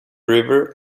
river